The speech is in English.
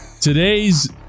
Today's